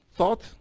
thought